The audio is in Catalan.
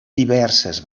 diverses